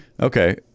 Okay